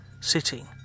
sitting